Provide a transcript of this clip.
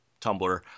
Tumblr